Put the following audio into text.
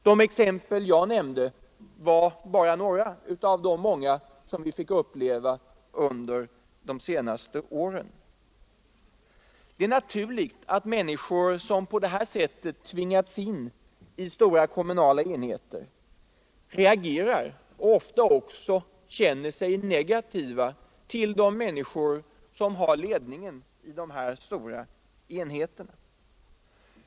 Det är naturligt att människor som på detta sätt tvingats in i stora kommuner reagerar och ofta även känner sig negativa till dem som har ledningen i dessa stora enheter.